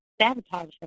sabotage